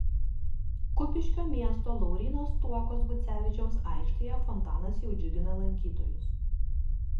kupiškio miesto lauryno stuokos gucevičiaus aikštėje fontanas jau džiugina lankytojus